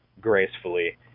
gracefully